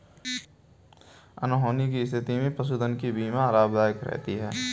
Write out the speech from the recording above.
अनहोनी की स्थिति में पशुधन की बीमा लाभदायक रहती है